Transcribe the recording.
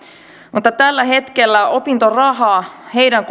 mutta tällä hetkellä opintorahaa heidän